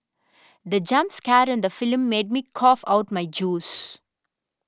the jump scare in the film made me cough out my juice